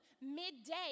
midday